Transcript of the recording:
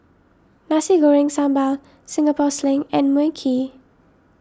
Nasi Goreng Sambal Singapore Sling and Mui Kee